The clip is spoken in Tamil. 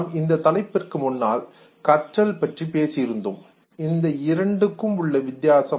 நாம் இந்த தலைப்பிற்கு முன்னால் கற்றல் பற்றி பேசியிருந்தோம் இந்த இரண்டுக்கும் உள்ள வித்தியாசம்